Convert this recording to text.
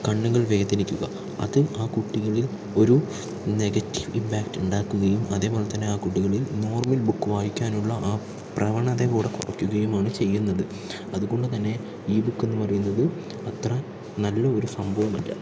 കണ്ണുകൾ വേദനിക്കുക അത് ആ കുട്ടികളിൽ ഒരു നെഗറ്റീവ് ഇംപാക്റ്റ് ഉണ്ടാക്കുകയും അതെപോലെത്തന്നെ ആ കുട്ടികളിൽ നോർമൽ ബുക്ക് വായിക്കാനുള്ള ആ പ്രവണത കൂടി കുറയ്ക്കുകയുമാണ് ചെയ്യുന്നത് അതുകൊണ്ടുതന്നെ ഈ ബുക്ക് എന്ന് പറയുന്നത് അത്ര നല്ല ഒരു സംഭവമല്ല